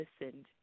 listened